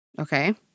Okay